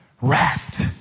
wrapped